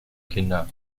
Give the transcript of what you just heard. kinder